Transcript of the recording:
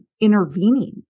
intervening